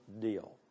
deal